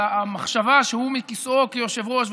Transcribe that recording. אבל המחשבה שהוא מכיסאו כיושב-ראש,